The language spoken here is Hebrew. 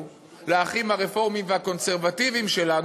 לאחים הרפורמים והקונסרבטיבים שלנו,